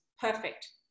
perfect